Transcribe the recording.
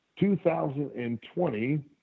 2020